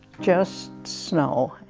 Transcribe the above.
just snow.